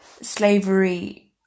slavery